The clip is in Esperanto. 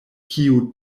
kiu